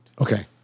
Okay